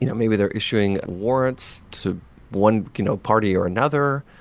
you know maybe they're issuing warrants to one you know party or another,